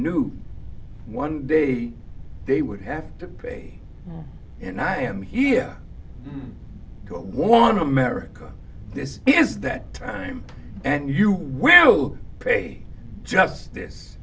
knew one day they would have to pay and i am here one america this is that time and you will pay just